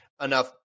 enough –